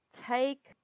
take